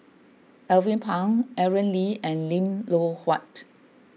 Alvin Pang Aaron Lee and Lim Loh Huat